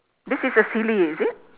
this is a silly is it